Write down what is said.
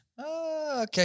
Okay